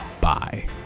Bye